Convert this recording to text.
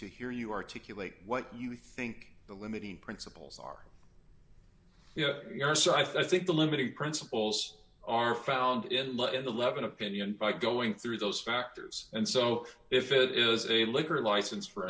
to hear you articulate what you think the limiting principles are you are so i think the limited principles are found in the levin opinion by going through those factors and so if it is a liquor license for